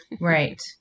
Right